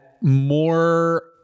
more